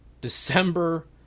December